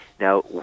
Now